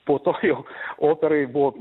po to jau operai buvo